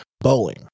Bowling